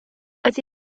ydy